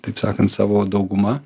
taip sakant savo dauguma